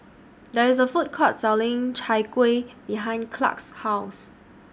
There IS A Food Court Selling Chai Kueh behind Clark's House